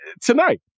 tonight